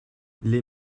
les